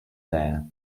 there